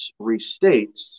restates